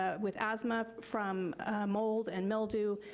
ah with asthma from mold and mildew,